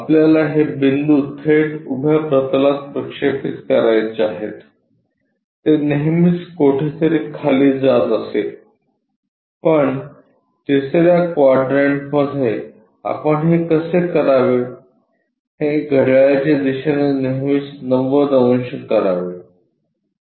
आपल्याला हे बिंदू थेट उभ्या प्रतलात प्रक्षेपित करायचे आहेत ते नेहमीच कोठेतरी खाली जात असते पण तिसऱ्या क्वाड्रंटमध्ये आपण हे कसे करावे हे घड्याळाच्या दिशेने नेहमीच 90 अंश करावे